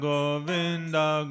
Govinda